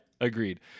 agreed